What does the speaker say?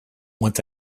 want